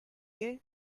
you